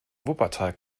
wuppertal